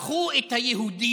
לקחו את היהודים,